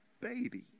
baby